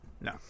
No